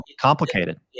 complicated